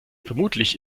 vermutlich